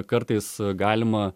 kartais galima